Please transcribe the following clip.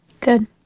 Good